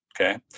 Okay